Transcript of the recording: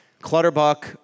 Clutterbuck